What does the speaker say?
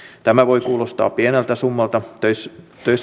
tämä voi kuulostaa pieneltä summalta töissä